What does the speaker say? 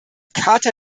charta